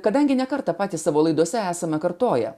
kadangi ne kartą patys savo laidose esame kartoję